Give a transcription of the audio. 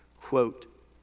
quote